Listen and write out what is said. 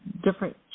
different